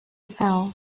foul